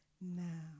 Now